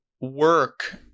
work